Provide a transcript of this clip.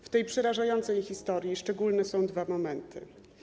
W tej przerażającej historii szczególne są dwa momenty.